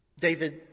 David